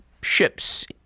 ships